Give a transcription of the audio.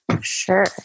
Sure